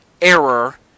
error